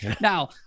now